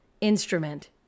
Instrument